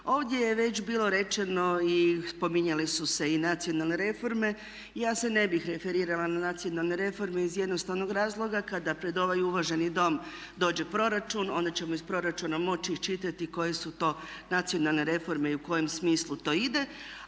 Ovdje je već bilo rečeno i spominjale su i nacionalne reforme. Ja se ne bih referirala na nacionalne reforme iz jednostavnog razloga kada pred ovaj uvaženi Dom dođe proračun onda ćemo iz proračuna moći iščitati koje su to nacionalne reforme i u kojem smislu to ide